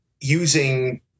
using